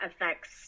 affects